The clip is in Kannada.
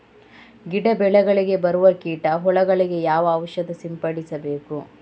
ಗಿಡ, ಬೆಳೆಗಳಿಗೆ ಬರುವ ಕೀಟ, ಹುಳಗಳಿಗೆ ಯಾವ ಔಷಧ ಸಿಂಪಡಿಸಬೇಕು?